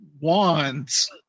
wands